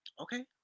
Okay